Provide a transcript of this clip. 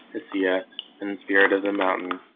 hesea and spirit of the mountain,